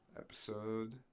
Episode